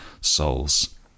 souls